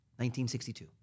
1962